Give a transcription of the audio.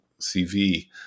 CV